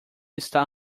está